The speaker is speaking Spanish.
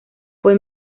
fue